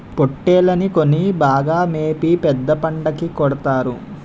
పోట్టేల్లని కొని బాగా మేపి పెద్ద పండక్కి కొడతారు